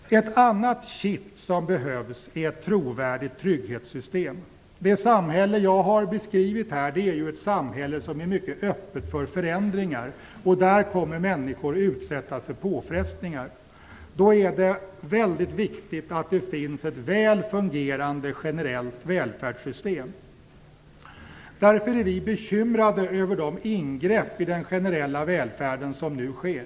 Ett annat kitt som behövs är ett trovärdigt trygghetssystem. Det samhälle jag har beskrivit här är mycket öppet för förändringar. Där kommer människor att utsättas för påfrestningar. Då är det mycket viktigt att det finns ett väl fungerande generellt välfärdssystem. Därför är vi bekymrade över de ingrepp i den generella välfärden som nu sker.